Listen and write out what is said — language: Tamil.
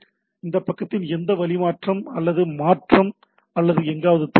இது பக்கத்தின் எந்த வழிமாற்றம் அல்லது மாற்றம் அல்லது எங்காவது திருப்பிவிடும்